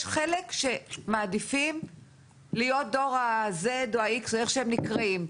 יש חלק שמעדיפים להיות דור ה-Z או ה-X או איך שהם נקראים.